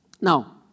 Now